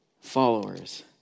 followers